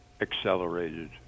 Accelerated